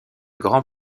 grand